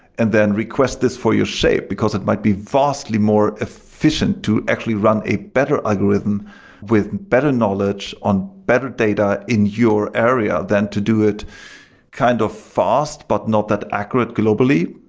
and then request this for your shape, because it might be vastly more efficient to actually run a better algorithm with better knowledge on better data in your area than to do it kind of fast, but not that accurate globally.